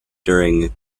during